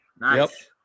nice